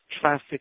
traffic